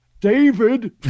David